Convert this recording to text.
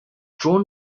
drawn